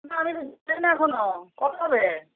না আমি এখনও কবে হবে